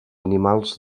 animals